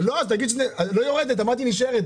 אז תאמר לי מראש כדי שאדע על מה מדובר.